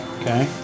Okay